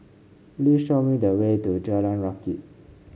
please show me the way to Jalan Rakit